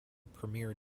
premier